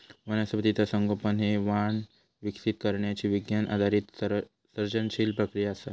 वनस्पतीचा संगोपन हे वाण विकसित करण्यची विज्ञान आधारित सर्जनशील प्रक्रिया असा